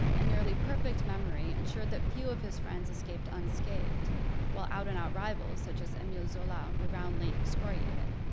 and nearly perfect memory ensured that few of his friends escaped unscathed while out and out right rivals such as emile zola were roundly excoriated.